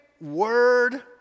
word